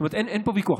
אין פה ויכוח,